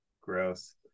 gross